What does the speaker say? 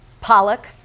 Pollock